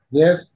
yes